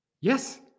Yes